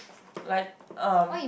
like uh